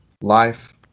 life